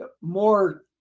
more